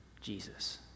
Jesus